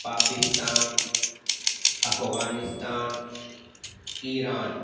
Pakistan Afghanistan Iran